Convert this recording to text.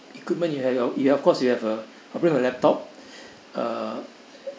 equipment you have uh of course you have a I'll bring my laptop uh